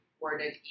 worded